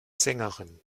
sängerin